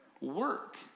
Work